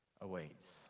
awaits